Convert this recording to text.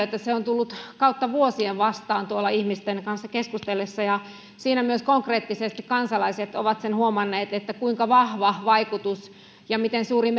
että se on tullut kautta vuosien vastaan tuolla ihmisten kanssa keskustellessa ja siinä myös konkreettisesti kansalaiset ovat huomanneet kuinka vahva vaikutus ja miten suuri